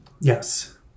Yes